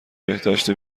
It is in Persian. بهداشت